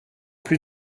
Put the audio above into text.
plus